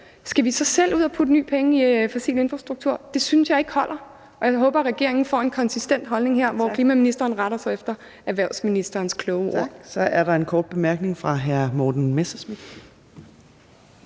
skal vi så selv ud og putte nye penge i fossil infrastruktur? Det synes jeg ikke holder, og jeg håber, regeringen får en konsistent holdning her, hvor klimaministeren retter sig efter erhvervsministerens kloge ord. Kl. 10:36 Fjerde næstformand (Trine Torp): Tak.